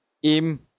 im